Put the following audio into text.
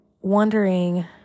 wondering